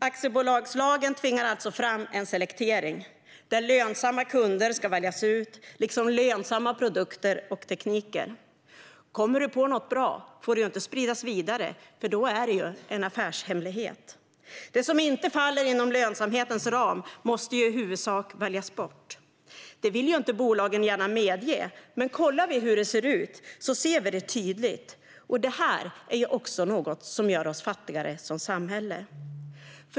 Aktiebolagslagen tvingar alltså fram en selektering, där lönsamma kunder ska väljas ut, liksom lönsamma produkter och tekniker. Kommer du på något bra får det inte spridas vidare, för då är det en affärshemlighet. Det som inte faller inom lönsamhetens ram måste i huvudsak väljas bort. Detta vill bolagen inte gärna medge, men kollar vi hur det ser ut ser vi det tydligt. Detta är också något som gör oss fattigare som samhälle.